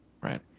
Right